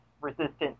resistant